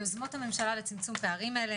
ויוזמות הממשלה לצמצום הפערים האלה.